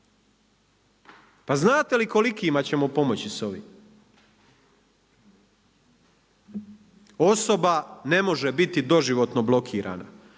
Pa znate li kolikima ćemo pomoći sa ovim? Osoba ne može biti doživotno blokirana.